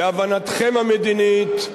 בהבנתכם המדינית,